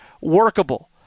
workable